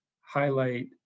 highlight